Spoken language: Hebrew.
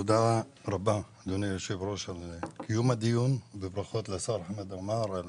תודה רבה אדוני היושב ראש על קיום הדיון וברכות לשר חמד עמאר על